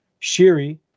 Shiri